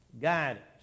guidance